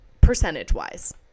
Percentage-wise